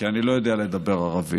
כי אני לא יודע לדבר ערבית.